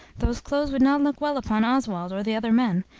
those clothes would not look well upon oswald, or the other men,